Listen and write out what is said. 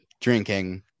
drinking